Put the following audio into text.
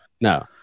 No